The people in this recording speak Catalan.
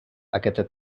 aquesta